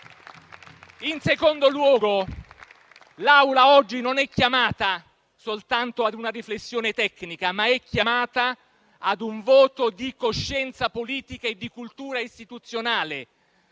In secondo luogo, l'Assemblea è oggi chiamata non soltanto a una riflessione tecnica, ma anche a un voto di coscienza politica e cultura istituzionale.